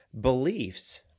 beliefs